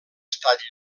estat